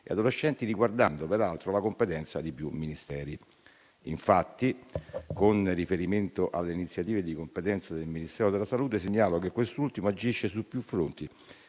adolescenti, riguardando peraltro la competenza di più Ministeri. Infatti, con riferimento alle iniziative di competenza del Ministero della salute, segnalo che quest'ultimo agisce su più fronti,